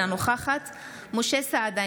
אינה נוכחת משה סעדה,